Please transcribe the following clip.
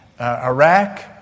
Iraq